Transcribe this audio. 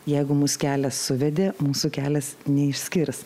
jeigu mus kelias suvedė mūsų kelias neišskirs